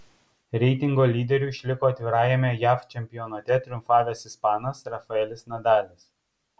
reitingo lyderiu išliko atvirajame jav čempionate triumfavęs ispanas rafaelis nadalis